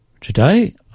Today